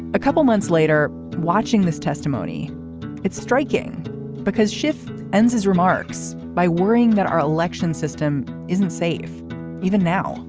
a couple months later watching this testimony it's striking because schiff ends his remarks by worrying that our election system isn't safe even now